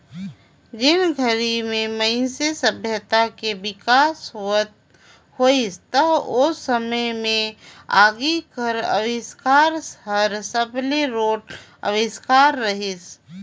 जेन घरी में मइनसे सभ्यता के बिकास होइस त ओ समे में आगी कर अबिस्कार हर सबले रोंट अविस्कार रहीस